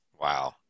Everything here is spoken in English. Wow